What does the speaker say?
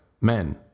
men